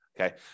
Okay